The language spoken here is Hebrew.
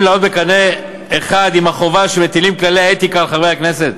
יכולים לעלות בקנה אחד עם החובה שמטילים כללי האתיקה על חברי הכנסת